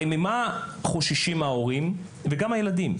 הרי ממה חוששים ההורים וגם הילדים?